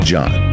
John